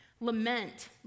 lament